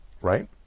Right